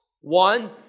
One